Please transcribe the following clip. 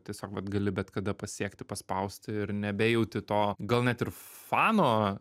tiesiog vat gali bet kada pasiekti paspausti ir nebejauti to gal net ir fano